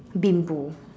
bimbo